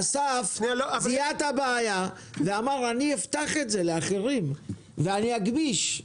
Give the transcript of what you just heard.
אסף זיהה את הבעיה ואמר: אני אפתח את זה לאחרים ואני אגמיש,